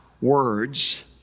words